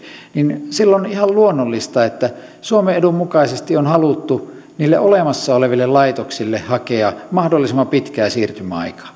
niin silloin on ihan luonnollista että suomen edun mukaisesti on haluttu niille olemassa oleville laitoksille hakea mahdollisimman pitkää siirtymäaikaa